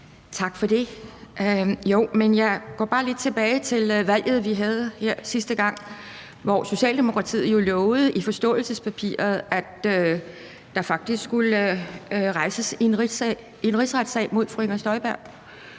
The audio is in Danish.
Tak for det. Jeg går bare lige tilbage til valget, vi havde her sidste gang, hvor Socialdemokratiet jo lovede i forståelsespapiret, at der faktisk skulle rejses en rigsretssag mod fru Inger Støjberg.